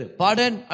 pardon